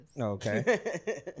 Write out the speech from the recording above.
okay